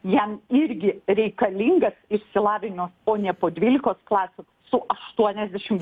jam irgi reikalingas išsilavinęs o ne po dvylikos klasių su aštuoniasdešimt